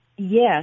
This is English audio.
Yes